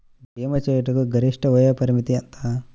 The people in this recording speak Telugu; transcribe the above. భీమా చేయుటకు గరిష్ట వయోపరిమితి ఎంత?